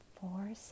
Four